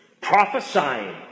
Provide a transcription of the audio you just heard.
Prophesying